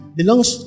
belongs